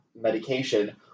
medication